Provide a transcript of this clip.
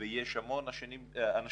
ויש המון אנשים